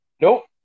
Nope